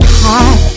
heart